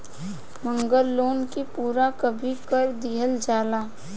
मांगल लोन के पूरा कभी कर दीहल जाला